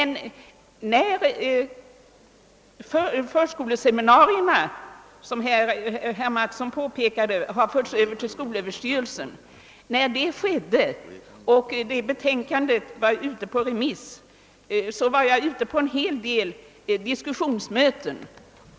När förskoleseminarierna skulle föras över till skolöverstyrelsen och betänkandet härom var ute på remiss var jag med på en hel del diskussionsmöten.